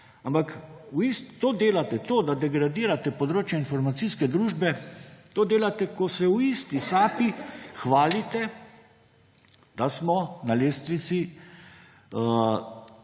Ampak to delate to, da degradirate področje informacijske družbe, to delate, ko se v isti sapi hvalite, da smo na lestvici